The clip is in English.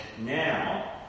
now